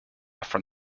from